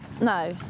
No